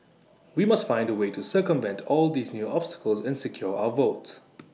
we must find A way to circumvent all these new obstacles and secure our votes